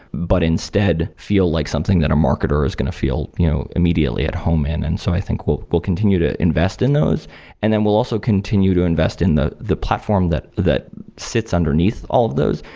but instead feel like something that a marketer is going to feel you know immediately at home in. and so i think we'll continue to invest in those and then will also continue to invest in the the platform that that sits underneath all of those,